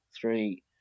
three